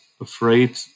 afraid